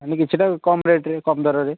ମାନେ କିଛିଟା କମ୍ ରେଟ୍ରେ କମ୍ ଦରରେ